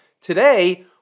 Today